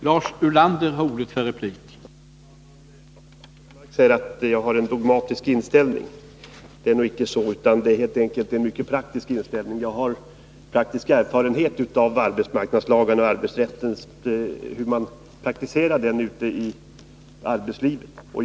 Herr talman! Anders Högmark säger att jag har en dogmatisk inställning. Det är nog inte så, utan det är helt enkelt en mycket praktisk inställning. Jag har praktisk erfarenhet av arbetsmarknadslagarna och av hur man praktiserar arbetsrätten ute i arbetslivet.